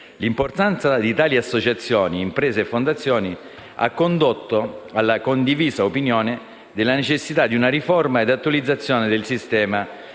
L'importanza di tali associazioni, imprese e fondazioni ha condotto alla condivisa opinione della necessità di una riforma e attualizzazione del sistema